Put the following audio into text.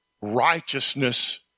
righteousness